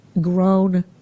grown